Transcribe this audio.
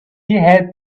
had